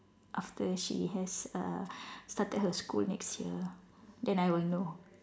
after she has uh started her school next year then I will know